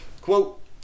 Quote